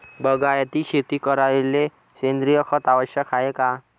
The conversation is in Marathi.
बागायती शेती करायले सेंद्रिय खत आवश्यक हाये का?